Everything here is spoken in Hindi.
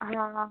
हाँ हाँ